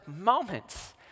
moments